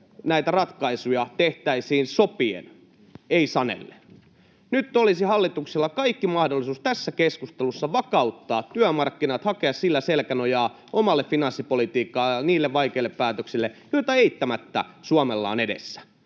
näitä ratkaisuja tehtäisiin sopien, ei sanellen. Nyt olisi hallituksella kaikki mahdollisuudet tässä keskustelussa vakauttaa työmarkkinat, hakea sillä selkänojaa omalle finanssipolitiikalleen, niille vaikeille päätöksille, joita eittämättä Suomella on edessä.